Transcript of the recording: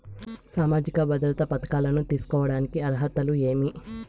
సామాజిక భద్రత పథకాలను తీసుకోడానికి అర్హతలు ఏమి?